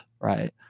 right